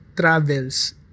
travels